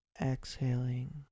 Exhaling